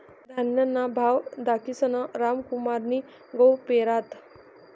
धान्यना भाव दखीसन रामकुमारनी गहू पेरात